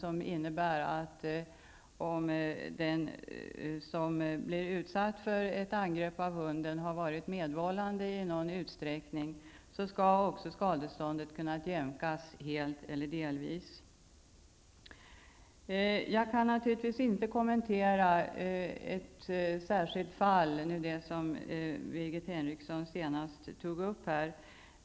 Om den som blir utsatt för ett angrepp av hunden har varit medvållande i någon utsträckning, skall skadeståndet kunna jämkas helt eller delvis. Jag kan naturligtvis inte kommentera ett enskilt fall, det som Birgit Henriksson senast tog upp här.